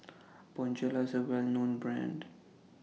Bonjela IS A Well known Brand